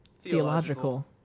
theological